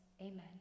Amen